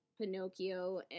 Pinocchio